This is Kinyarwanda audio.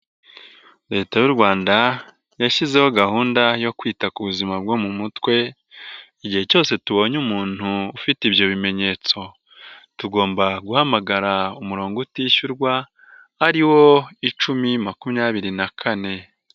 Leta y'u Rwanda yashyizeho gahunda yo kwita ku buzima bwo mu mutwe, igihe cyose tubonye umuntu ufite ibyo bimenyetso, tugomba guhamagara umurongo utishyurwa, ari wo icumi makumyabiri na kane.